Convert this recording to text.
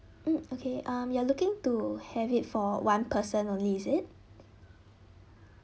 mm okay um you are looking to have it for one person only is it